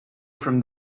from